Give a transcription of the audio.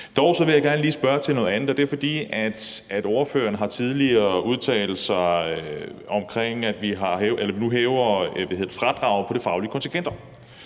gerne lige spørge til noget andet. Det er, fordi ordføreren tidligere har udtalt sig om, at vi nu hæver fradraget på de faglige kontingenter.